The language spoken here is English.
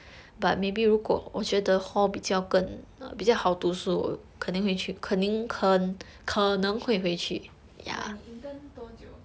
but 你 intern 多久